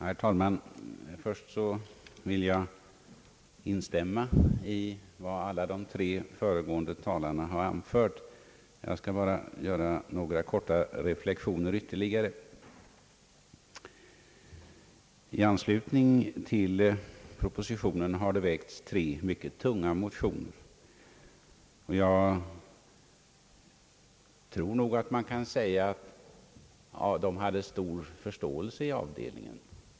Herr talman! Först vill jag instämma i vad de tre föregående talarna har anfört. Jag skall bara göra ytterligare några korta reflexioner. I anslutning till propositionen har det väckts tre mycket tunga motioner, och jag tror att man kan säga att de mötte stor förståelse i utskottet.